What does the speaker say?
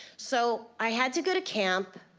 so, i had to go to camp.